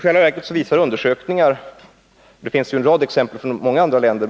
Det finns en rad exempel från andra länder.